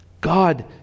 God